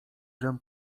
dżem